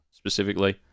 specifically